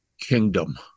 kingdom